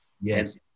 Yes